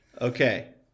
Okay